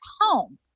home